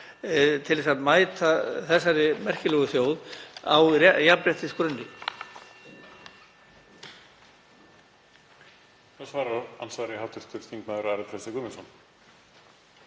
til að mæta þessari merkilegu þjóð á jafnréttisgrunni?